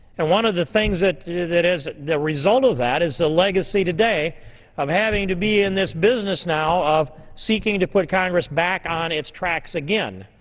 and one of the things that is that is the result of that is the legacy today of having to be in this business now of seeking to put congress back on its tracks one